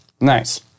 nice